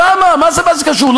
למה לא 600?